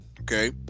Okay